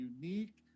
unique